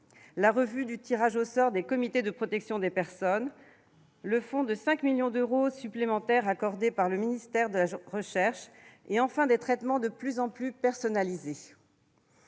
la revue du tirage au sort des comités de protection des personnes, le fonds de 5 millions d'euros supplémentaires accordé par le ministère de la recherche et, enfin, des traitements de plus en plus personnalisés.